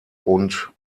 und